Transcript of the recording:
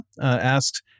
asks